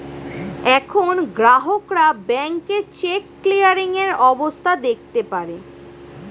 এখন গ্রাহকরা ব্যাংকে চেক ক্লিয়ারিং এর অবস্থা দেখতে পারে